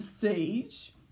siege